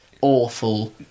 awful